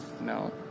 no